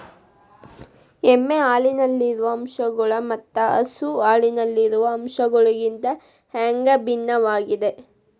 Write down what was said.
ಎಮ್ಮೆ ಹಾಲಿನಲ್ಲಿರುವ ಅಂಶಗಳು ಮತ್ತ ಹಸು ಹಾಲಿನಲ್ಲಿರುವ ಅಂಶಗಳಿಗಿಂತ ಹ್ಯಾಂಗ ಭಿನ್ನವಾಗಿವೆ?